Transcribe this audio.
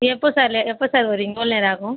எப்போது சார் லே எப்போது சார் வருவிங்க எவ்வளோ நேரம் ஆகும்